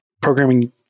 programming